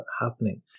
happening